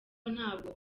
ntabwo